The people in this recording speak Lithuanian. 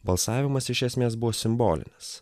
balsavimas iš esmės buvo simbolinis